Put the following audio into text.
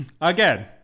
Again